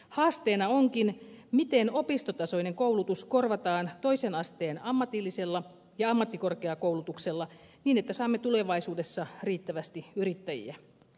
haasteena onkin miten opistotasoinen koulutus korvataan toisen asteen ammatillisella ja ammattikorkeakoulutuksella niin että saamme tulevaisuudessa riittävästi yrittäjiä